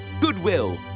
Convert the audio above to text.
Goodwill